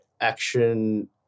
action